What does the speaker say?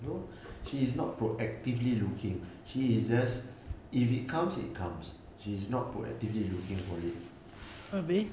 no she is not proactively looking she is just if it comes it comes she's not proactively looking for it